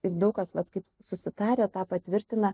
ir daug kas vat kaip susitarę tą patvirtina